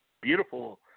beautiful